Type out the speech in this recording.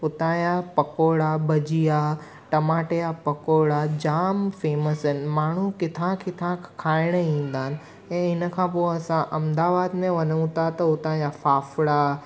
उतां जा पकौड़ा भजिया टमाटे जा पकौड़ा जामु फेमस आहिनि माण्हू किथां किथां खाइणु ईंदा आहिनि ऐं इन खां पोइ असां अहमदाबाद में वञूं था त उतां जा फाफड़ा